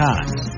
Times